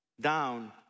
down